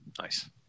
Nice